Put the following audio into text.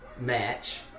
match